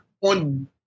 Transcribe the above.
on